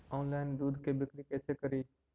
Online दुध के बिक्री कैसे करि?